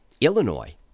Illinois